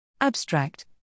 Abstract